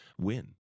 win